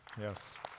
Yes